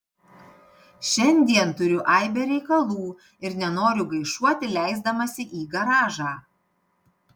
šiandien turiu aibę reikalų ir nenoriu gaišuoti leisdamasi į garažą